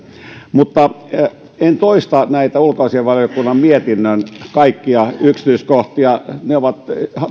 en toista näitä ulkoasiainvaliokunnan mietinnön kaikkia yksityiskohtia ne ovat